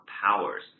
powers